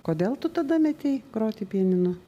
kodėl tu tada metei groti pianinu